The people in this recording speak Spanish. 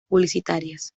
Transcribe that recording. publicitarias